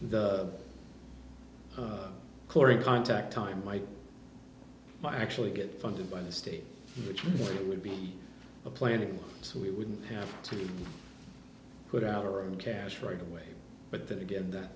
the chlorine contact time might actually get funded by the state which it would be planning so we wouldn't have to put out her own cash right away but then again that